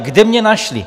Kde mě našli.